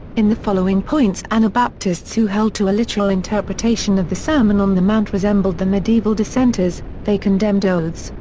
in the following points anabaptists who held to a literal interpretation of the sermon on the mount resembled the medieval dissenters they condemned oaths,